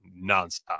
nonstop